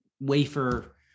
wafer